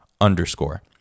underscore